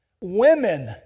women